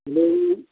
ᱟᱹᱞᱤᱧ